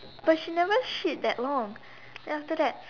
but she never shit that long then after that